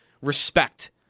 respect